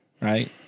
Right